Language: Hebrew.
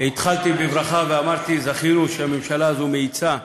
התחלתי בברכה ואמרתי: זכינו שהממשלה הזאת מאיצה תהליכים,